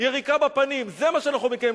יריקה בפנים, זה מה שאנחנו מקבלים.